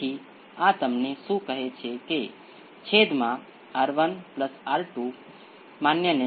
તેથી આનો force response એ નેચરલ રિસ્પોન્સ તેમજ એક્સ્પોનેંસિયલ ઇનપુટ ધરાવે છે